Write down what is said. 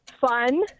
fun